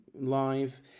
Live